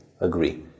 agree